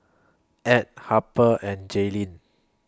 Add Harper and Jaylin